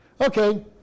Okay